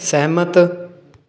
ਸਹਿਮਤ